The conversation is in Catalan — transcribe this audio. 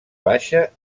baixa